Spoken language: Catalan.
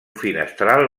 finestral